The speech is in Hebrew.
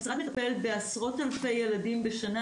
המשרד מטפל בעשרות אלפי ילדים בשנה.